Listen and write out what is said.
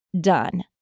done